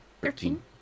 Thirteen